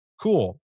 Cool